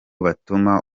batuma